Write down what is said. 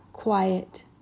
quiet